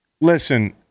listen